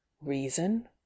reason